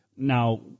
Now